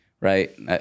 right